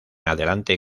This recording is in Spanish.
adelante